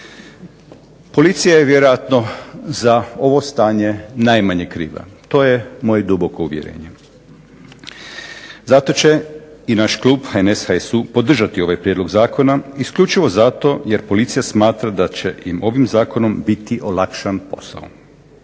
Policija je vjerojatno za ovo stanje najmanje kriva, to je moje duboko uvjerenje. Zato će i naš klub HNS, HSU podržati ovaj prijedlog zakona, isključivo zato jer policija smatra da će im ovim zakonom biti olakšan posao.